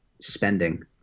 spending